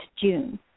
June